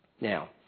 Now